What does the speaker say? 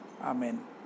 Amen